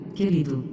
Querido